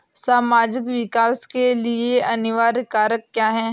सामाजिक विकास के लिए अनिवार्य कारक क्या है?